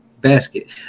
Basket